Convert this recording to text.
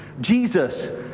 Jesus